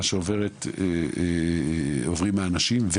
ומה שהיא מעבירה את האנשים החולים,